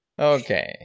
okay